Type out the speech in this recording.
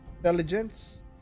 Intelligence